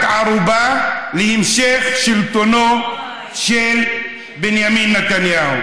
ערובה להמשך שלטונו של בנימין נתניהו.